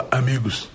amigos